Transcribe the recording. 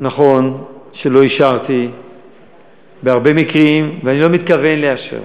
נכון שלא אישרתי בהרבה מקרים, ואני לא מתכוון לאשר